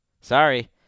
Sorry